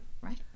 Right